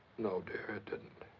no, dear, it didn't.